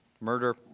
Murder